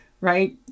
right